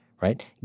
right